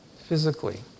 physically